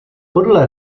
podle